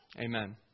Amen